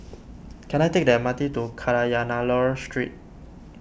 can I take the M R T to Kadayanallur Street